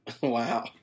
Wow